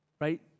right